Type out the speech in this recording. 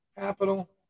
Capital